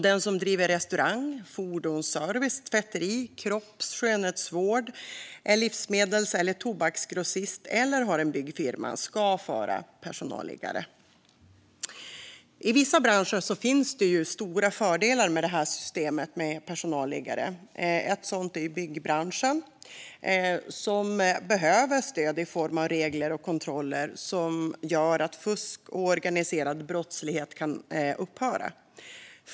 Den som driver restaurang, fordonsservice, tvätteri eller kropps och skönhetsvård, som är livsmedels eller tobaksgrossist eller som har en byggfirma ska föra personalliggare. I vissa branscher finns det stora fördelar med systemet med personalliggare. En sådan är byggbranschen, som behöver stöd i form av regler och kontroller som gör att fusk och organiserad brottslighet kan upphöra.